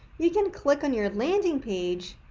you can click on your landing page,